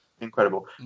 incredible